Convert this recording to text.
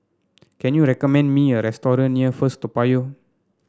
can you recommend me a restaurant near First Toa Payoh